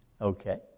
Okay